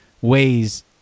ways